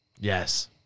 Yes